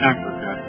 Africa